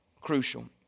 crucial